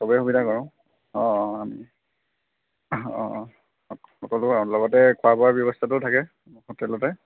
চবেই সুবিধা কৰোঁ অঁ আমি অঁ অঁ সকলো আৰু লগতে খোৱা বোৱাৰ ব্যৱস্থাও থাকে হোটেলতে